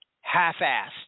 half-assed